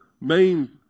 main